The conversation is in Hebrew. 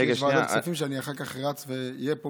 כי יש ועדת כספים שאני אחר כך ארוץ אליה.